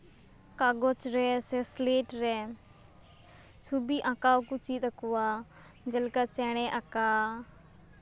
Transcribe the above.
ᱠᱟᱜᱚᱡᱽ ᱨᱮ ᱥᱮ ᱥᱞᱮᱴ ᱨᱮ ᱪᱷᱚᱵᱤ ᱟᱸᱠᱟᱣ ᱠᱚ ᱪᱮᱫ ᱟᱠᱚᱣᱟ ᱡᱮᱞᱮᱠᱟ ᱪᱮᱬᱮ ᱟᱸᱠᱟᱣ